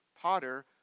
potter